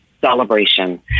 celebration